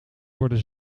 worden